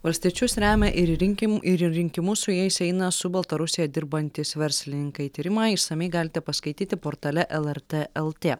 valstiečius remia ir rinkim ir į rinkimus su jais eina su baltarusija dirbantys verslininkai tyrimą išsamiai galite paskaityti portale lrt lt